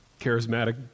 charismatic